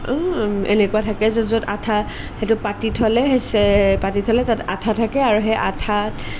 ও এনেকুৱা থাকে যে য'ত আঠা সেইটো পাতি থ'লে চে পাতি থ'লে তাত আঠা থাকে আৰু সেই আঠাত